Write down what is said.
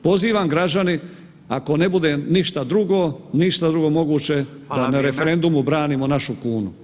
Pozivam građani, ako ne bude ništa drugo, ništa drugo moguće, da na referendumu branimo našu kunu.